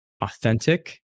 authentic